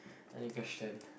any question